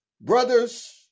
Brothers